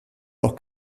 noch